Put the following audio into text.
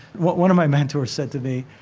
one of my mentors said to me,